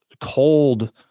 cold